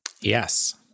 Yes